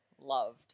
loved